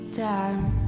time